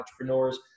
entrepreneurs